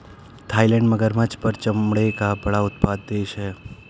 Thailand मगरमच्छ पर चमड़े का बड़ा उत्पादक देश है